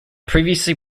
previously